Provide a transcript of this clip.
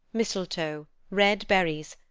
mistletoe, red berries,